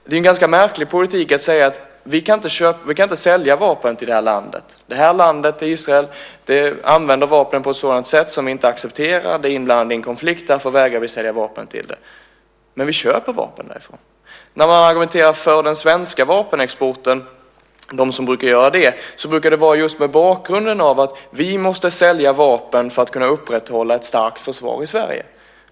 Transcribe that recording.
Det är en ganska märklig politik att säga att vi inte kan sälja vapen till det här landet. Det här landet - Israel - använder vapnen på ett sätt som vi inte accepterar. Det är inblandat i en konflikt. Därför vägrar vi sälja vapen till det. Men vi köper vapen därifrån. När man argumenterar för den svenska vapenexporten - de som brukar göra det - brukar det vara just mot bakgrund av att vi måste sälja vapen för att kunna upprätthålla ett starkt försvar i Sverige.